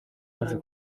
yaje